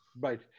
Right